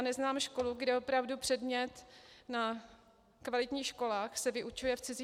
Neznám školu, kde opravdu předmět na kvalitních školách se vyučuje v cizím jazyce.